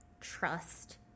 trust